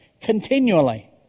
continually